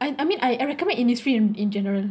I I mean I I recommend Innisfree in in general